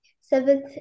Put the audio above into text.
seventh